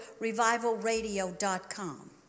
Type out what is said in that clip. RevivalRadio.com